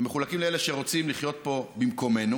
הם מחולקים לאלה שרוצים לחיות פה במקומנו